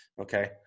okay